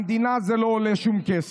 למדינה זה לא עולה כסף.